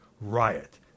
Riot